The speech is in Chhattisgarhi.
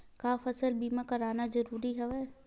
का फसल बीमा करवाना ज़रूरी हवय?